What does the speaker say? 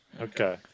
Okay